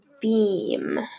Beam